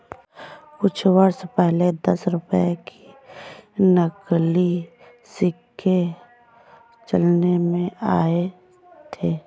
कुछ वर्ष पहले दस रुपये के नकली सिक्के चलन में आये थे